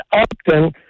Upton